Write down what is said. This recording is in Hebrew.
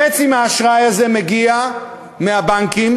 חצי מהאשראי הזה מגיע מהבנקים,